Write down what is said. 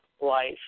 life